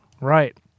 Right